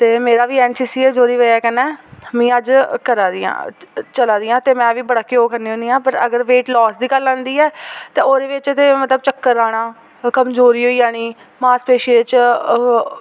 ते मेरा बी एन सी सी ऐ जोह्दी बजह् कन्नै में अज्ज करा दी आं चला दी आं ते में बी बड़ा घ्योऽ खन्नी होनी आं पर अगर वेट लॉस दी गल्ल आंदी ऐ ते ओह्दी बजह् च ते मतलब चक्कर आना कमजोरी होई जानी मासपेशियें च